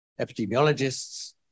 epidemiologists